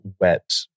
wet